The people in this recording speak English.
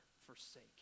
forsake